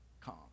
come